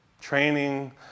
training